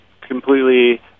completely